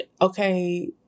Okay